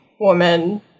woman